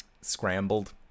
Scrambled